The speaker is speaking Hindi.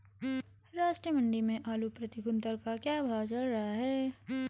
राष्ट्रीय मंडी में आलू प्रति कुन्तल का क्या भाव चल रहा है?